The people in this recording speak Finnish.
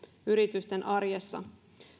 yritysten arjessa